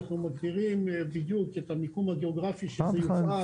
אנחנו מכירים בדיוק את המיקום הגאוגרפי שזה יופעל,